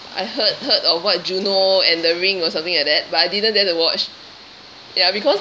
I heard heard of what juno and the ring or something like that but I didn't dare to watch ya because